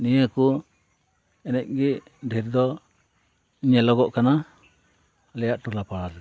ᱱᱤᱭᱟᱹ ᱠᱚ ᱮᱱᱮᱡ ᱜᱮ ᱰᱷᱮᱨ ᱫᱚ ᱧᱮᱞᱚᱜᱚᱜ ᱠᱟᱱᱟ ᱟᱞᱮᱭᱟᱜ ᱴᱚᱞᱟ ᱯᱟᱲᱟ ᱨᱮᱫᱚ